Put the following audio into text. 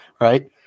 Right